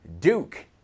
Duke